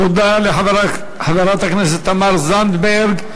תודה לחברת הכנסת תמר זנדברג.